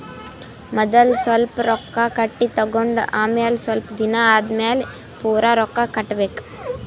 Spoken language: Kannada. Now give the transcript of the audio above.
ಮದಲ್ ಸ್ವಲ್ಪ್ ರೊಕ್ಕಾ ಕಟ್ಟಿ ತಗೊಂಡ್ ಆಮ್ಯಾಲ ಸ್ವಲ್ಪ್ ದಿನಾ ಆದಮ್ಯಾಲ್ ಪೂರಾ ರೊಕ್ಕಾ ಕಟ್ಟಬೇಕ್